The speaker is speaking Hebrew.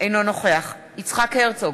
אינו נוכח יצחק הרצוג,